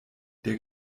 der